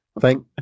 Thank